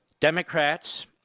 Democrats